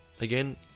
again